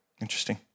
Interesting